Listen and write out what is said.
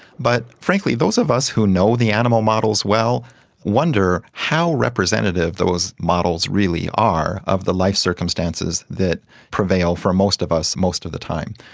but frankly those of us who know the animal models well wonder how representative those models really are of the life circumstances that prevail for most of us most of the time.